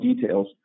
details